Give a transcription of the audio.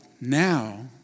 now